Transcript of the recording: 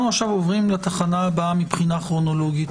אנחנו עוברים לתחנה הבאה מבחינה כרונולוגית.